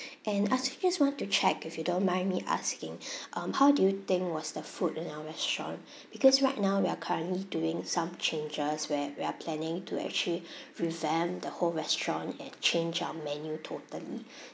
and I also just want to check if you don't mind me asking um how do you think was the food in our restaurant because right now we are currently doing some changes where we are planning to actually revamp the whole restaurant and change our menu totally